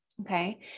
Okay